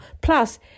Plus